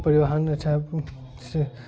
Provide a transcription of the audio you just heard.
परिवहन अच्छा छै